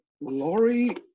Laurie